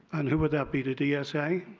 and who would that be? the dsa?